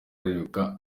ariruka